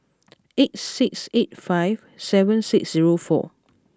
eight six eight five seven six zero four